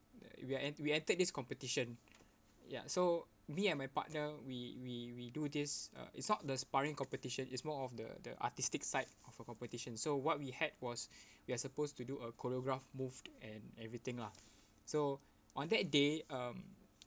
uh we en~ we entered this competition ya so me and my partner we we we do this uh it's not the sparring competition it's more of the the artistic side of a competition so what we had was we are supposed to do a choreograph move and everything lah so on that day um